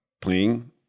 playing